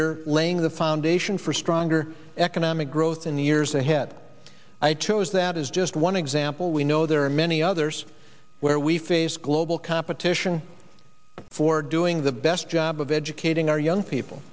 you're laying the foundation for stronger economic growth in the years ahead i chose that is just one example we know there are many others where we face global competition for doing the best job of educating our young people